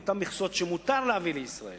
אותן מכסות שמותר להביא לישראל